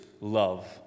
love